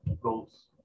goals